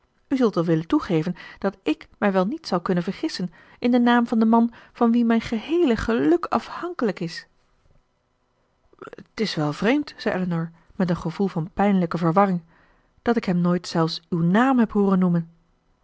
u zult wel willen toegeven dat ik mij wel niet zal kunnen vergissen in den naam van den man van wien mijn geheele geluk afhankelijk is t is wel vreemd zei elinor met een gevoel van pijnlijke verwarring dat ik hem nooit zelfs uw naam heb hooren noemen